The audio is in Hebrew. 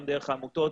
גם דרך העמותות,